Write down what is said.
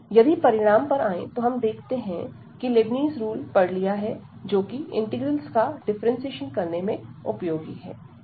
यदि परिणाम पर आएं तो हम देखते हैं कि हमने लेबनीज़ रूल पढ़ लिया है जो इंटीग्रल्स का डिफरेंटशिएशन करने में उपयोगी है